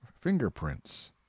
fingerprints